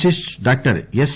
justice doctor yes